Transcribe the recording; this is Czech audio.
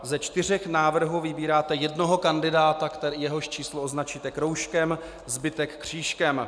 Ze čtyř návrhů vybíráte jednoho kandidáta, jehož číslo označíte kroužkem, zbytek křížkem.